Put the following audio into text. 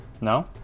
No